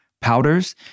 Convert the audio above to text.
powders